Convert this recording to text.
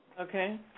Okay